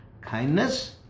Kindness